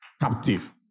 captive